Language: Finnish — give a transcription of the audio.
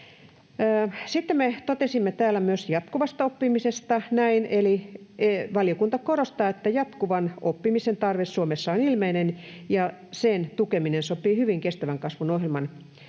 Sitten me totesimme täällä myös jatkuvasta oppimisesta näin, eli ”valiokunta korostaa, että jatkuvan oppimisen tarve Suomessa on ilmeinen ja sen tukeminen sopii hyvin kestävän kasvun ohjelman